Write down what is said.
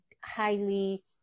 highly